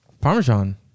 Parmesan